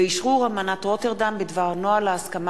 אשרור אמנת רוטרדם בדבר נוהל ההסכמה